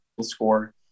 score